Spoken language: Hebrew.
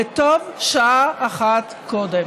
וטוב שעה אחת קודם.